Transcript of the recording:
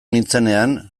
nintzenean